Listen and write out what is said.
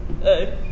hey